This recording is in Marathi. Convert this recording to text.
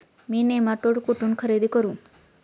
मी नेमाटोड कुठून खरेदी करू?